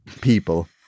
people